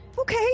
okay